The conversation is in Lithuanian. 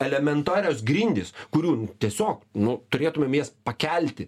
elementarios grindys kurių tiesiog nu turėtumėm jas pakelti